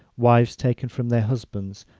wives taken from their husbands,